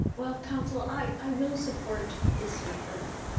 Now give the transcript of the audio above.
well, council, i will support this referral.